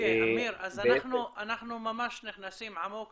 אמיר, אנחנו ממש נכנסים עמוק